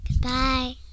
goodbye